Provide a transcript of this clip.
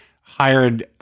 hired